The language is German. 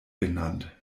genannt